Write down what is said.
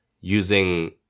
using